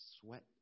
sweat